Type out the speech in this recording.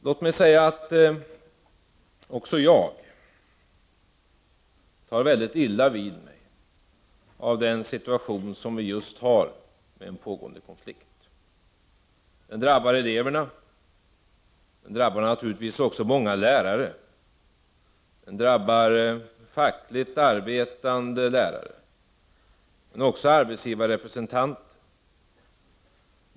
Låt mig säga att också jag tar väldigt illa vid mig av den situation som vi just har med en pågående konflikt. Den drabbar eleverna. Den drabbar naturligtvis också många lärare. Den drabbar fackligt arbetande lärare men också arbetsgivarrepresentanter.